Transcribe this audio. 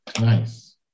Nice